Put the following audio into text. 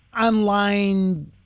online